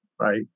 right